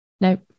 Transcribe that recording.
Nope